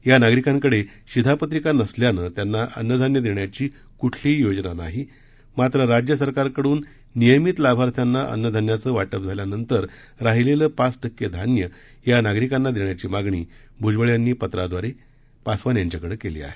या नागरिकांकडे शिधापत्रिका नसल्याने त्यांना अन्नधान्य देण्याची कुठलीही योजना नाही मात्र राज्य सरकारकडुन नियमित लाभार्थींना अन्नधान्याचे वाटप झाल्यानंतर राहिलेलं पाच टक्के धान्य या नागरिकांना देण्याची मागणी भूजबळ यांनी पत्रादवारे पासवान यांच्याकडे केली आहे